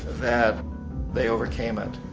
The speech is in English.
that they overcame it.